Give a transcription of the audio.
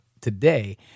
today